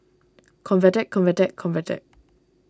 Convatec Convatec Convatec